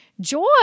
joy